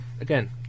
again